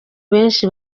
benshi